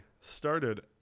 started